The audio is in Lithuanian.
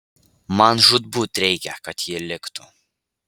man žūtbūt reikia kad ji liktų